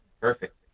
perfect